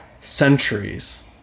Centuries